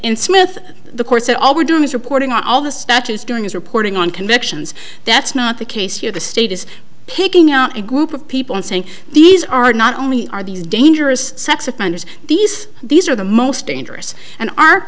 in smith the course that all we're doing is reporting on all the statutes doing is reporting on convictions that's not the case here the state is picking out a group of people and saying these are not only are these dangerous sex offenders these these are the most dangerous and our